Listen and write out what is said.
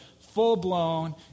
full-blown